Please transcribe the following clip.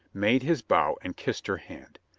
made his bow and kissed her hand.